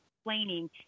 explaining